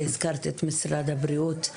והזכרת את משרד הבריאות,